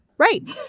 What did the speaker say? Right